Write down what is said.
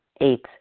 eight